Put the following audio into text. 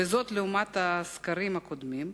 לעומת הסקרים הקודמים,